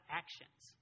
actions